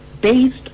based